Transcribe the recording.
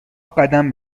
قدم